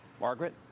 Margaret